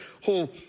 whole